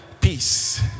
peace